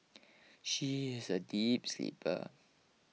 she is a deep sleeper